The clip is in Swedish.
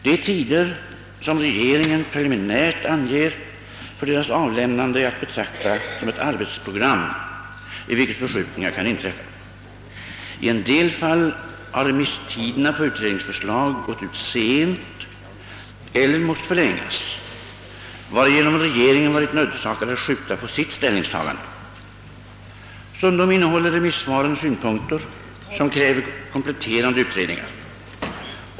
De tider som regeringen preliminärt anger för deras avlämnande är att betrakta som ett arbetsprogram, i vilket förskjutningar kan inträffa. I en del fall har remisstiderna på utredningsförslag gått ut sent eller måst förlängas, varigenom regeringen varit nödsakad att skjuta på sitt ställningstagande. Stundom innehåller remissvaren SsSynpunkter som kräver kompletterande utredningar.